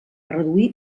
reduir